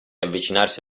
avvicinarsi